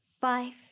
five